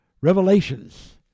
Revelations